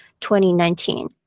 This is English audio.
2019